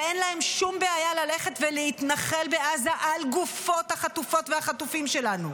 ואין להם שום בעיה ללכת ולהתנחל בעזה על גופות החטופות והחטופים שלנו.